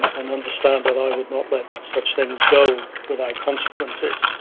and understand that i would not let such things go without consequences.